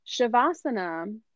Shavasana